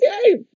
okay